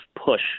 push